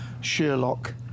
Sherlock